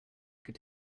could